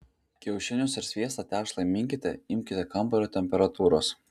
kiaušinius ir sviestą tešlai minkyti imkite kambario temperatūros